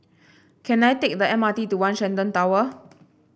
can I take the M R T to One Shenton Tower